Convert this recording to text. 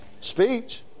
speech